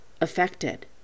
affected